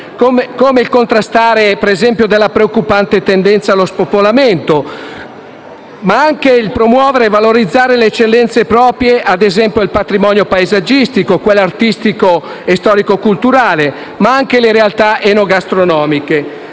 - contrastare la preoccupante tendenza allo spopolamento; promuovere e valorizzare le eccellenze proprie, ad esempio il patrimonio paesaggistico, quello artistico e storico-culturale, ma anche le realtà enogastronomiche.